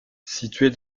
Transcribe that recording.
située